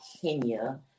kenya